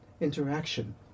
Interaction